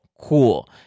cool